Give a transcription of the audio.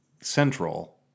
central